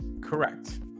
Correct